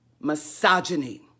misogyny